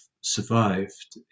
survived